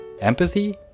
empathy